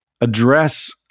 address